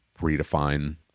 redefine